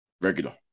regular